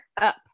up